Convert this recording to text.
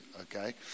Okay